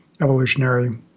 evolutionary